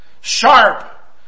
Sharp